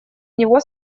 него